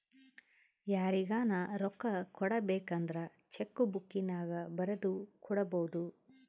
ಯಾರಿಗನ ರೊಕ್ಕ ಕೊಡಬೇಕಂದ್ರ ಚೆಕ್ಕು ಬುಕ್ಕಿನ್ಯಾಗ ಬರೆದು ಕೊಡಬೊದು